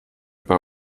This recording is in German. bei